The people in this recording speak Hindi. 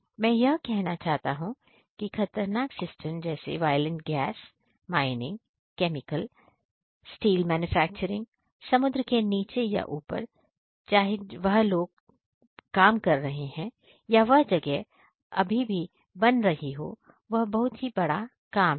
मैं यह कहना चाहता हूं कि खतरनाक सिस्टम जैसे violent gas mining chemical steel manufacturing समुद्र के नीचे या ऊपर चाहे वह जगह पर लोग काम कर रहे हो या वह जगह अभी भी बन रही हो वह बहुत ही बड़ा काम है